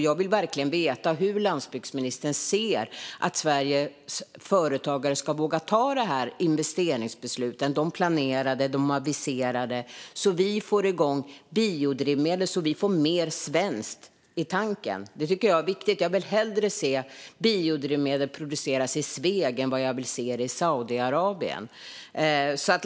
Jag vill verkligen veta hur landsbygdsministern ser att Sveriges företagare ska våga ta de planerade och aviserade investeringsbesluten för att vi ska få igång produktion av biodrivmedel och mer svenskt i tanken. Det är viktigt. Jag vill hellre se att biodrivmedel produceras i Sveg än i Saudiarabien.